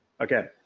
okay